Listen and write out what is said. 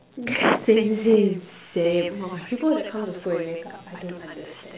same same same oh my gosh people that come to school with makeup I don't understand